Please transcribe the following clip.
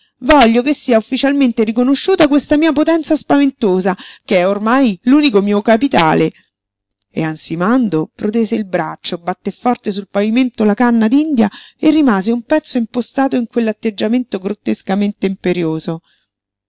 voglio che sia ufficialmente riconosciuta questa mia potenza spaventosa che è ormai l'unico mio capitale e ansimando protese il braccio batté forte sul pavimento la canna d'india e rimase un pezzo impostato in quell'atteggiamento grottescamente imperioso